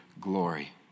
glory